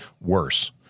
worse